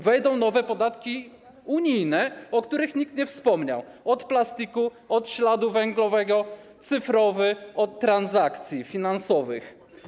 Wejdą nowe podatki unijne, o których nikt nie wspomniał: od plastiku, od śladu węglowego, cyfrowy, od transakcji finansowych.